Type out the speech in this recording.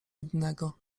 innego